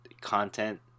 content